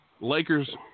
Lakers